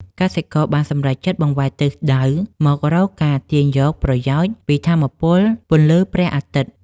កសិករបានសម្រេចចិត្តបង្វែរទិសដៅមករកការទាញយកប្រយោជន៍ពីថាមពលពន្លឺព្រះអាទិត្យ។